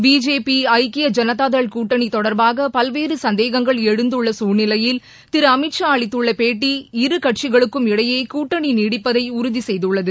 BJP ஐக்கிய ஐனதா தள் கூட்டணி தொடர்பாக பல்வேறு சந்தேகங்கள் எழுந்துள்ள சூழ்நிலையில் திரு அமித்ஷா அளித்துள்ள பேட்டி இரு கட்சிகளுக்கும் இடையே கூட்டணி நீடிப்பதை உறுதி செய்துள்ளது